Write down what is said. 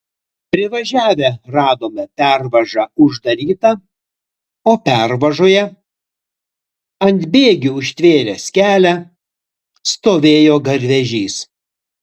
privažiavę radome pervažą uždarytą o pervažoje ant bėgių užtvėręs kelią stovėjo garvežys